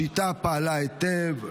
השיטה פעלה היטב,